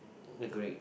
agreed